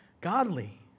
godly